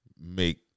make